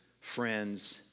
friends